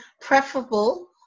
preferable